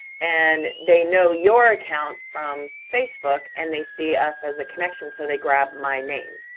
and they know your account from facebook, and they see us as a connection, so they grab my name.